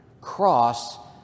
cross